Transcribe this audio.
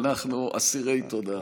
שאנחנו אסירי תודה.